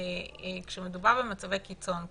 כשמדובר במצבי הקיצון האלה,